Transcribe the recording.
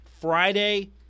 Friday